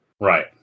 Right